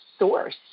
source